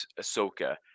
Ahsoka